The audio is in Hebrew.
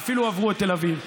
ואפילו עברו את תל אביב.